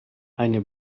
eine